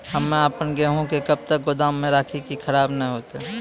हम्मे आपन गेहूँ के कब तक गोदाम मे राखी कि खराब न हते?